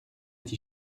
tee